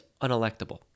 unelectable